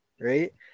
Right